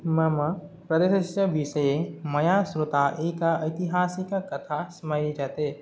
मम प्रदेशस्य विषये मया श्रुता एका ऐतिहासिकी कथा स्मर्यते